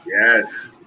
Yes